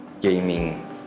gaming